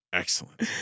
Excellent